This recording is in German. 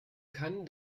kann